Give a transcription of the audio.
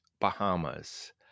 Bahamas